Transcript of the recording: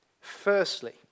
Firstly